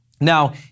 Now